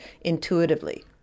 intuitively